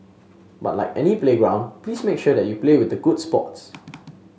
but like any playground please make sure that you play with the good sports